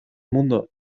mundo